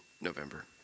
November